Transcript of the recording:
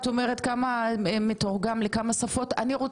האזור האישי כתוב שמה בכמה השפות,